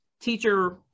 teacher